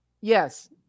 Yes